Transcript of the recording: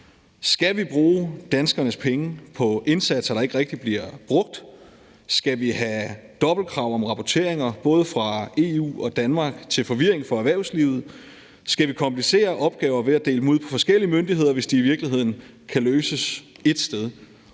Skal vi bruge danskernes penge på indsatser, der ikke rigtig bliver brugt? Skal vi have dobbeltkrav om rapporteringer både fra EU og Danmark til forvirring for erhvervslivet? Skal vi komplicere opgaver ved at dele dem ud på forskellige myndigheder, hvis de i virkeligheden kan løses ét sted?